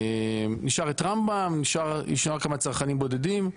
נשאר את רמב"ם, נשארו כמה צרכנים בודדים,